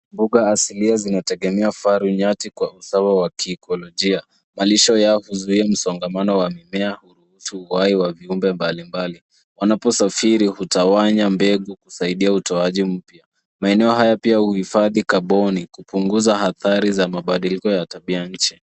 Mbuga asilia zinategemea faru nyati kwa usawa wa ikolojia. Malisho yao huzuia msongamano wa mimea kuruhusu uhai wa viumbe mbalimbali. Wanaposafiri hutawanya mbegu kusaidia utoaji mpya . Maeneo haya pia huhifadhi kaboni kupunguza athari za mabadiliko ya tabia nchi.